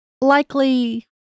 likely